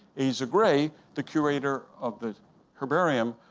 asa gray, the curator of the herbarium,